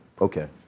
okay